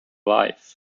life